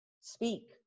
speak